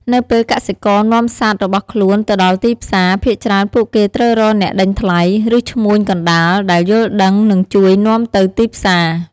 នៅពេលកសិករនាំសត្វរបស់ខ្លួនទៅដល់ទីផ្សារ ភាគច្រើនពួកគេត្រូវរកអ្នកដេញថ្លៃ ឬឈ្មួញកណ្ដាលដែលយល់ដឹងនិងជួយនាំទៅទីផ្សារ។